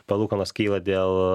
palūkanos kyla dėl